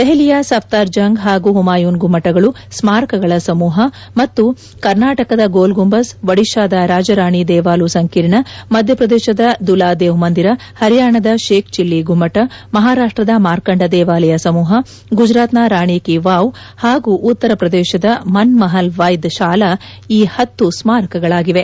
ದೆಹಲಿಯ ಸಫ್ತಾರ್ ಜಂಗ್ ಹಾಗೂ ಹುಮಾಯೂನ್ ಗುಮ್ಮಟಗಳು ಸ್ಮಾರಕಗಳ ಸಮೂಹ ಮತ್ತು ಕರ್ನಾಟಕದ ಗೋಲ್ ಗುಂಬಜ್ ಒಡಿಶಾದ ರಾಜ ರಾಣಿ ದೇವಾಲು ಸಂಕೀರ್ಣ ಮಧ್ಯ ಪ್ರದೇಶದ ದುಲಾದೇವ್ ಮಂದಿರ ಹರಿಯಾಣದ ಶೇಕ್ ಚೆಲ್ಲಿ ಗುಮ್ಮಟ ಮಹಾರಾಷ್ಟ್ರದ ಮಾರ್ಕಾಂಡ ದೇವಾಲಯ ಸಮೂಹ ಗುಜರಾತ್ನ ರಾಣಿ ಕಿ ವಾವ್ ಹಾಗೂ ಉತ್ತರ ಪ್ರದೇಶದ ಮನ್ ಮಹಲ್ ವೈದ್ ಶಾಲಾ ಈ ಹತ್ತು ಸ್ಮಾರಕಗಳಾಗಿವೆ